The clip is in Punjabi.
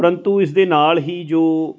ਪਰੰਤੂ ਇਸ ਦੇ ਨਾਲ ਹੀ ਜੋ